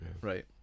right